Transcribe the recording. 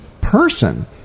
person